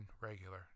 regular